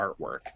artwork